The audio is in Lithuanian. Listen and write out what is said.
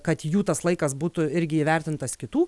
kad jų tas laikas būtų irgi įvertintas kitų